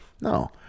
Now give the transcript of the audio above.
no